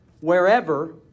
wherever